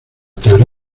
teoría